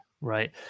Right